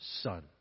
son